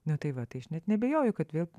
na tai va tai aš net neabejoju kad vėl